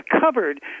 covered